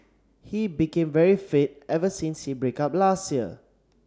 he became very fit ever since he break up last year